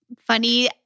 funny